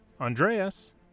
Andreas